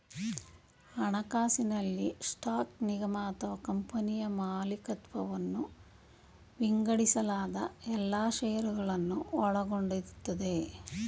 ಹಣಕಾಸಿನಲ್ಲಿ ಸ್ಟಾಕ್ ನಿಗಮ ಅಥವಾ ಕಂಪನಿಯ ಮಾಲಿಕತ್ವವನ್ನ ವಿಂಗಡಿಸಲಾದ ಎಲ್ಲಾ ಶೇರುಗಳನ್ನ ಒಳಗೊಂಡಿರುತ್ತೆ